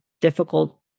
difficult